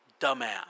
dumbass